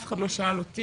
אף אחד לא שאל אותי,